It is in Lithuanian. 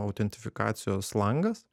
autentifikacijos langas